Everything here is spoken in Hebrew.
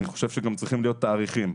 אני חושב שיש לנקוב בתאריך.